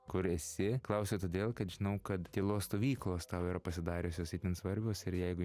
kur esi klausiu todėl kad žinau kad tylos stovyklos tau yra pasidariusios itin svarbios ir jeigu